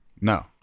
no